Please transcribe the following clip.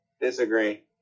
Disagree